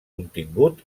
contingut